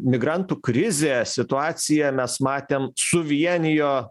migrantų krizė situacija mes matėm suvienijo